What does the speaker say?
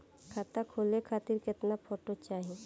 खाता खोले खातिर केतना फोटो चाहीं?